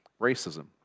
racism